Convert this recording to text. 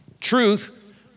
Truth